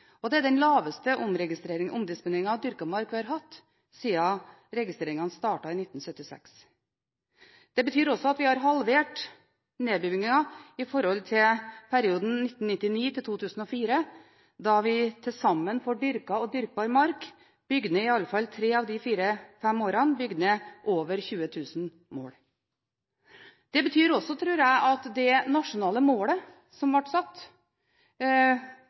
mark vi har hatt siden registreringene startet i 1976. Det betyr også at vi har halvert nedbyggingen i forhold til perioden 1999–2004, da vi, i alle fall i tre av de fem årene, til sammen bygde ned over 20 000 mål dyrket og dyrkbar mark. Det betyr også – tror jeg – at det nasjonale målet som var satt,